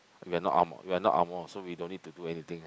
we are not Angmoh we are not Angmoh so we don't need to do anything ah